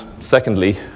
secondly